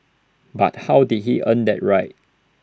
but how did he earn that right